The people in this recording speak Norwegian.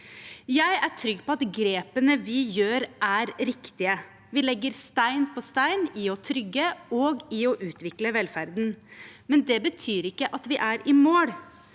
Jeg er trygg på at grepene vi tar, er riktige. Vi legger stein på stein for å trygge og utvikle velferden, men det betyr ikke at vi er i mål.